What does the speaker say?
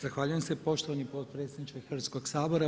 Zahvaljujem se poštovani potpredsjedniče Hrvatskog sabora.